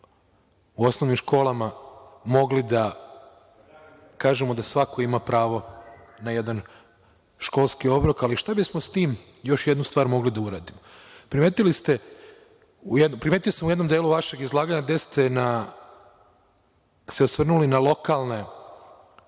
u osnovnim školama, mogli da kažemo da svako ima pravo na jedan školski obrok. Ali, šta bismo s tim, još jednu stvar, mogli da uradimo? Primetio sam u jednom delu vašeg izlaganja da ste se osvrnuli na lokalne